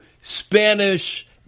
Spanish